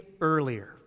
earlier